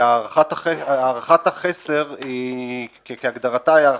הערכת-החסר, כהגדרתה, היא הערכת-חסר.